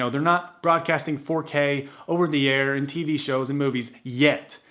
so they're not broadcasting four k over the air and tv shows and movies yet.